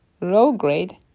low-grade